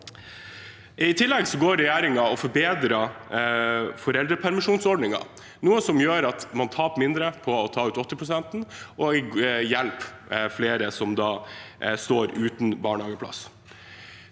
I tillegg forbedrer regjeringen foreldrepermisjonsordningen, noe som gjør at man taper mindre på å ta ut åttiprosenten, og det hjelper flere som står uten barnehageplass.